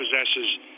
possesses